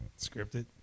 scripted